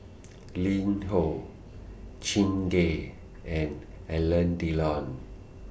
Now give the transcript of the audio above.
LinHo Chingay and Alain Delon